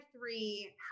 three